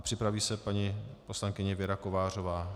Připraví se paní poslankyně Věra Kovářová.